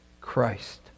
Christ